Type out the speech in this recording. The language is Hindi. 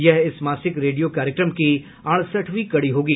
यह इस मासिक रेडियो कार्यक्रम की अड़सठवीं कड़ी होगी